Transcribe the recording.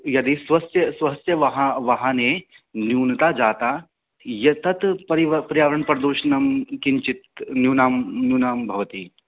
यदि स्वस्य स्वस्य वाहा वाहने न्यूनता जाता एतत् पर्यावरणप्रदूषणं किञ्चित् न्यूनं न्यूनं भवति